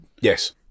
yes